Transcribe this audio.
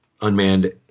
unmanned